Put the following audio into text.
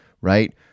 right